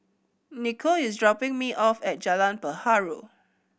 Nikko is dropping me off at Jalan Perahu